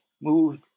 moved